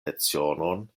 lecionon